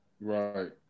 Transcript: Right